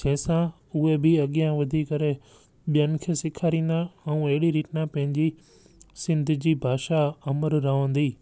जंहिंसा उहे बि अॻियां वधी करे ॿियनि खे सेखारींदा ऐं अहिड़ी रीति न पंहिंजी सिंध जी भाषा अमरु रहंदी